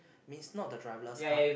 means not the driverless car